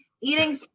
Eating